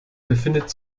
befindet